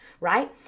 Right